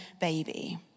baby